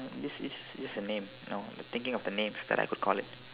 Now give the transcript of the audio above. is is is a name you know thinking of the names that I could call it